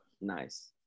Nice